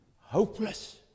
Hopeless